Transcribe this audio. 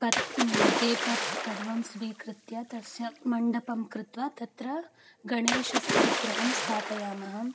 पत् पेपर्स् सर्वं स्वीकृत्य तस्य मण्डपं कृत्वा तत्र गणेशस्य विग्रहं स्थापयामः